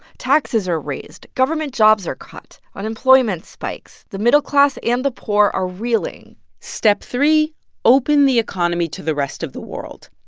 taxes are raised. government jobs are cut. unemployment spikes. the middle class and the poor are reeling step three open the economy to the rest of the world.